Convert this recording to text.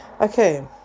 Okay